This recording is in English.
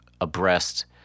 abreast